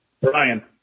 Brian